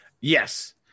yes